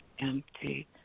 empty